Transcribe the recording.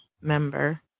member